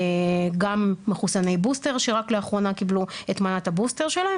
גם מחוסני בוסטר שרק לאחרונה קיבלו את מנת הבוסטר שלהם